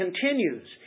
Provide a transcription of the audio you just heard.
continues